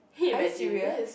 are you serious